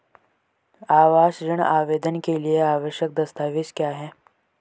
आवास ऋण आवेदन के लिए आवश्यक दस्तावेज़ क्या हैं?